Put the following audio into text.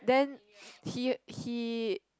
then he he